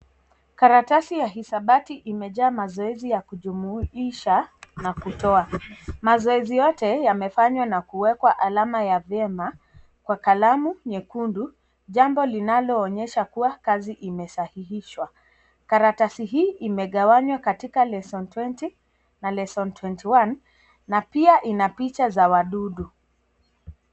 Karatasi ya hisabati imejaa mazoezi ya kujumuisha nakutoa, mazoezi yote yamefanywa na kuwekwa alama ya vyema kwa kalamu nyekundu jambo linaloonyesha kuwa kazi imesahihishwa karatasi hii imegawanywa katika lesson 20 na lesson 21 na pia ina picha za wadudu.